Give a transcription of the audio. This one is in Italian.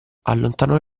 allontanò